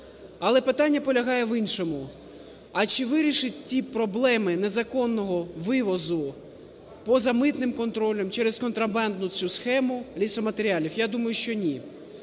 Але питання полягає в іншому: а чи вирішить ті проблеми незаконного вивозу поза митним контролем, через контрабандну цю схему лісоматеріалів? Я думаю, що ні.